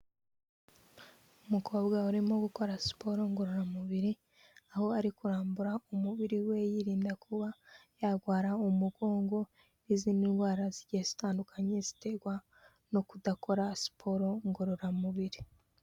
Umukobwa urimo gukora siporo ngororamubiri, aho ari kurambura umubiri we yirinda kuba yarwara umugongo n'izindi ndwara zigiye zitandukanye, zitegwa no kudakora siporo ngororamubiri.